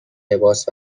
لباس